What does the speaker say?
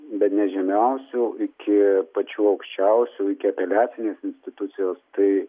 bene žemiausių iki pačių aukščiausių iki apeliacinės institucijos tai